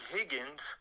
Higgins